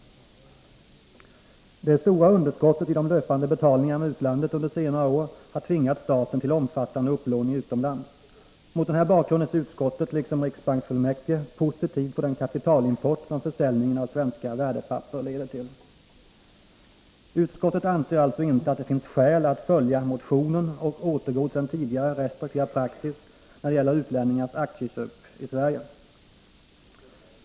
Det stora underskottet i de löpande betalningarna med utlandet under senare år har tvingat staten till omfattande upplåning utomlands. Mot den bakgrunden ser utskottet liksom riksbanksfullmäktige positivt på den kapitalimport som försäljningen av svenska värdepapper leder till. Utskottet anser alltså inte att det finns skäl att följa motionen och återgå till tidigare restriktiva praxis när det gäller utlänningars aktieköp i Sverige.